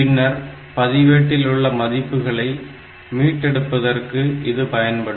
பின்னர் பதிவேட்டில் உள்ள மதிப்புகளை மீட்டெடுப்பதற்கு இது பயன்படும்